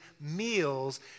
meals